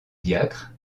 diacre